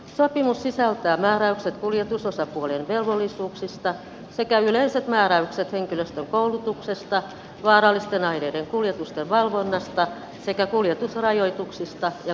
sopimus sisältää määräykset kuljetusosapuolien velvollisuuksista sekä yleiset määräykset henkilöstön koulutuksesta vaarallisten aineiden kuljetusten valvonnasta sekä kuljetusrajoituksista ja kuljetuskielloista